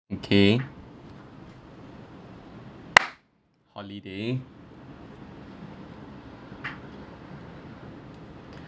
okay holiday